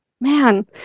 man